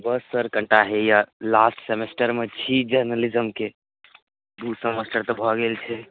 बस sir कनिटा हैया last सेमेस्टरमे छी जनरलिज्मके दू सेमेस्टर तऽ भऽ गेल छै